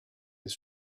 his